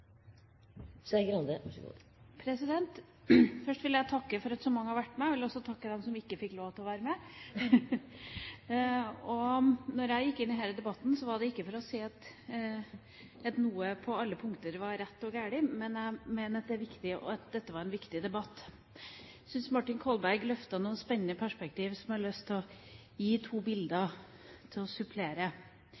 Først vil jeg takke for at så mange har vært med. Jeg vil også takke dem som ikke fikk lov til å være med. Da jeg gikk inn i denne debatten, var det ikke for å si at noe – på alle punkter – var rett eller galt. Men jeg mener at dette er en viktig debatt. Jeg syns Martin Kolberg løftet fram noen spennende perspektiver, og jeg har lyst til å gi to bilder,